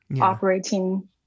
operating